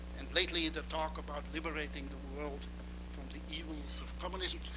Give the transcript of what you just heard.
and lately the talk about liberating the world from the evils of communism,